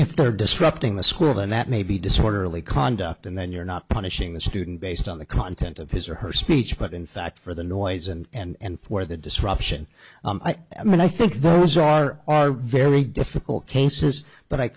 if they're disrupting the school and that may be disorderly conduct and then you're not punishing the student based on the content of his or her speech but in fact for the noise and for the disruption i mean i think those are very difficult cases but i